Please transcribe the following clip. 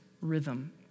rhythm